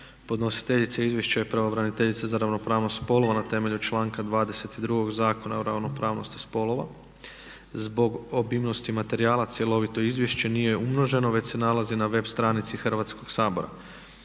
Podnositeljica izvješća je pravobraniteljica za ravnopravnost spolova na temelju članka 22. Zakona o ravnopravnosti spolova. Zbog obimnosti materijala cjelovito izvješće nije umnoženo već se nalazi na web stranici Hrvatskog sabora.